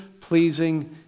pleasing